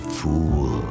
fool